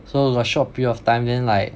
so got short period of time then like